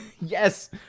Yes